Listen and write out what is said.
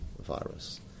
virus